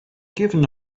given